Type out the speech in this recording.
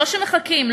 לא כשמחכים,